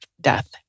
death